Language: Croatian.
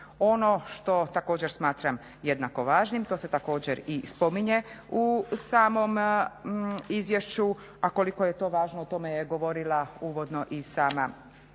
Ono što također smatram jednako važnim, to se također i spominje u samom izvješću a koliko je to važno o tome je govorila uvodno i sama